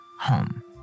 home